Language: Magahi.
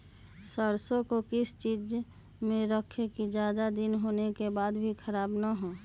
सरसो को किस चीज में रखे की ज्यादा दिन होने के बाद भी ख़राब ना हो?